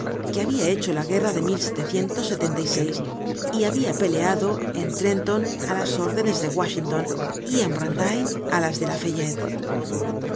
que habia hecho la guerra de y habia peleado en trenton á las órdenes de washington y en brandywine á las de lafayette